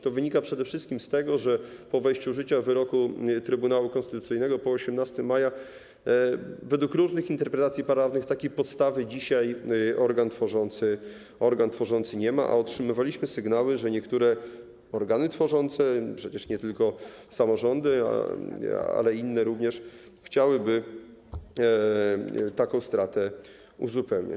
To wynika przede wszystkim z tego, że po wejściu w życie wyroku Trybunału Konstytucyjnego po 18 maja według różnych interpretacji prawnych takiej podstawy dzisiaj organ tworzący nie ma, a otrzymywaliśmy sygnały, że niektóre organy tworzące, nie tylko samorządy, ale inne również chciałyby taką stratę uzupełniać.